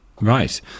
Right